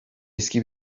eski